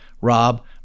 Rob